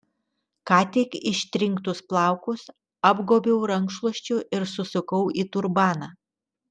ką tik ištrinktus plaukus apgobiau rankšluosčiu ir susukau į turbaną